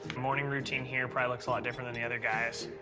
morning routine here probably looks a lot different than the other guys.